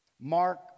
Mark